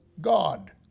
God